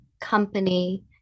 company